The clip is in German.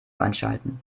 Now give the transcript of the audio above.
einschalten